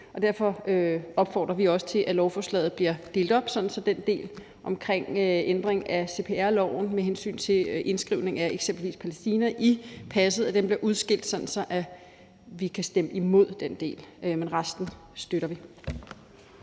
derfor opfordrer vi også til, at lovforslaget bliver delt op, så den del omkring ændring af cpr-loven med hensyn til indskrivning af eksempelvis Palæstina i passet bliver udskilt, sådan at vi kan stemme imod den del. Men resten støtter vi.